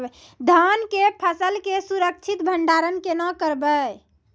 धान के फसल के सुरक्षित भंडारण केना करबै?